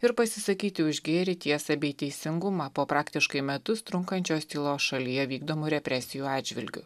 ir pasisakyti už gėrį tiesą bei teisingumą po praktiškai metus trunkančios tylos šalyje vykdomų represijų atžvilgiu